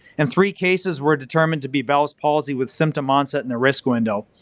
and three cases were determined to be bell's palsy with symptom onset in the risk window.